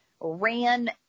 ran